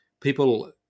People